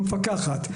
המפקחת.